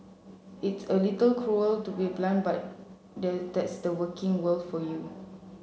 it's a little cruel to be blunt but that's the working world for you